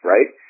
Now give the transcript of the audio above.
Right